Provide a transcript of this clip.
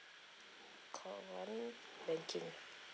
call one banking